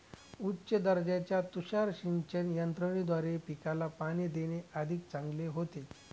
उच्च दर्जाच्या तुषार सिंचन यंत्राद्वारे पिकाला पाणी देणे अधिक चांगले होते